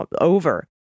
over